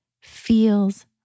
feels